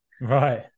Right